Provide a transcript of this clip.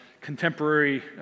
contemporary